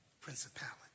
principality